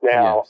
Now